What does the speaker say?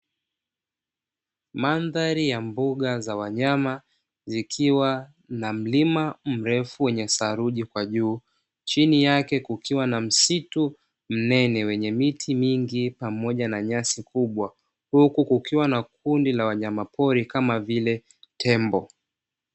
Mandhari ya mbuga za wanyama, zikiwa na mlima mrefu wenye theluji kwa juu, chini yake kukiwa na msitu mnene wenye miti mingi pamoja na nyasi kubwa. Huku kukiwa na kundi la wanyamapori kama vile tembo.